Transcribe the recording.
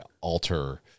alter